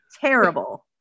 terrible